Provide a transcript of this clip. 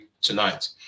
tonight